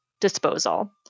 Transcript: disposal